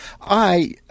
I